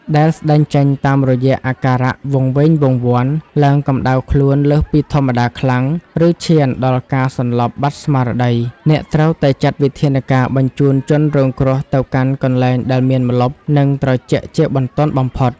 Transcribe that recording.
ដែលស្តែងចេញតាមរយៈអាការៈវង្វេងវង្វាន់ ឡើងកម្ដៅខ្លួនលើសពីធម្មតាខ្លាំង ឬឈានដល់ការសន្លប់បាត់ស្មារតី អ្នកត្រូវតែចាត់វិធានការបញ្ជូនជនរងគ្រោះទៅកាន់កន្លែងដែលមានម្លប់ និងត្រជាក់ជាបន្ទាន់បំផុត។